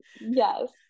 Yes